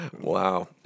Wow